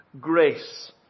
grace